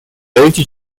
эти